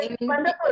Wonderful